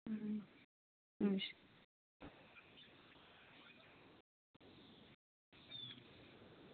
अच्छा